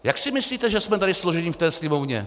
Jak si myslíte, že jsme tady složeni, v té Sněmovně?